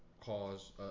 cause